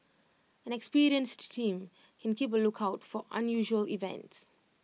an experienced team can keep A lookout for unusual events